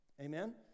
amen